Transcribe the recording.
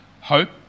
hope